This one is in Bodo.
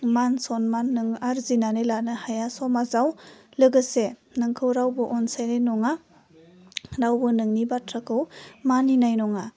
मान सनमान नोङो आरजिनानै लानो हाया समाजाव लोगोसे नोंखौ रावबो अनसायनाय नङा रावबो नोंनि बाथ्राखौ मानिनाय नङा